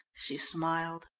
she smiled.